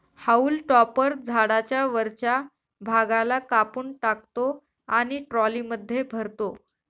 haulm topper झाडाच्या वरच्या भागाला कापून टाकतो आणि ट्रॉलीमध्ये भरतो